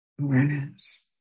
awareness